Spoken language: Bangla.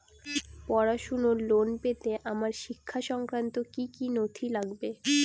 পড়াশুনোর লোন পেতে আমার শিক্ষা সংক্রান্ত কি কি নথি লাগবে?